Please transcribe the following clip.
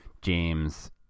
James